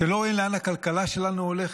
אתם לא רואים לאן הכלכלה שלנו הולכת?